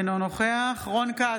אינו נוכח מתן כהנא, אינו נוכח רון כץ,